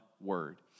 word